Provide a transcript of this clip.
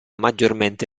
maggiormente